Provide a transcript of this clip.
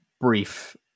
brief